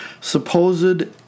Supposed